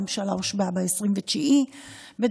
הממשלה הושבעה ב-29 בדצמבר,